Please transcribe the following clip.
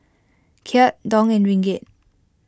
Kyat Dong and Ringgit